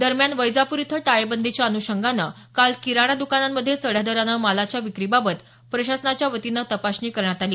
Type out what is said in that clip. दरम्यान वैजापूर इथं टाळेबंदीच्या अनुषंगानं काल किराणा दुकानांमध्ये चढ्या दरानं मालाच्या विक्रीबाबत प्रशासनाच्या वतीनं तपासणी करण्यात आली